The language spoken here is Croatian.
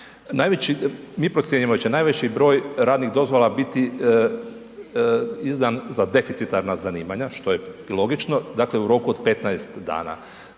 mi procjenjujemo da će najveći broj radnih dozvola biti izdan za deficitarna zanimanja što je i logično, dakle u roku od 15 dana.